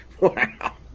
Wow